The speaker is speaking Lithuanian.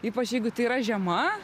ypač jeigu tai yra žiema